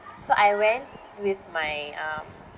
so I went with my um